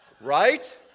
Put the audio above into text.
Right